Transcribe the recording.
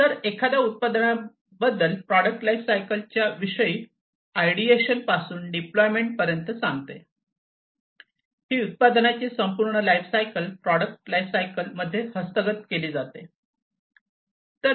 तर हे एखाद्या उत्पादनाबद्दल प्रॉडक्ट लाइफसायकल च्या विषयी आयडीएशन पासून डिप्लॉयमेंट पर्यंत सांगते ही उत्पादनाची संपूर्ण लाइफसायकल प्रॉडक्ट लाइफसायकल मध्ये हस्तगत केली जाते